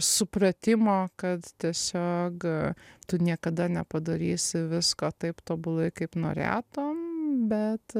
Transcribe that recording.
supratimo kad tiesiog tu niekada nepadarysi visko taip tobulai kaip norėtum bet